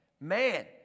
man